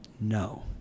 No